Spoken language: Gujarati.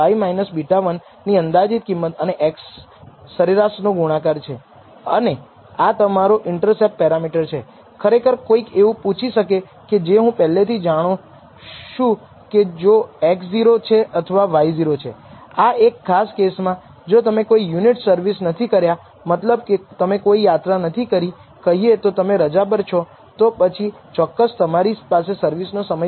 યાદ રાખો કારણ કે મોડેલમાં આપણે વિવિધ પરિમાણોનો ઉપયોગ કર્યો છે કારણ કે આપણે ધ્યાનમાં લેવું પડશે કે SST ને n 1 ડિગ્રીઝ ઓફ ફ્રીડમ છે કારણ કે આપણે ફક્ત એક જ પરિમાણ ફીટ કરી રહ્યા છીએ તેની પાસે n 2 ફ્રીડમ છે કારણ કે તમે 2 પરિમાણોને ફીટ કરો છો